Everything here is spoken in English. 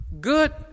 Good